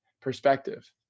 perspective